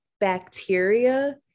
bacteria